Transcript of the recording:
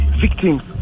victims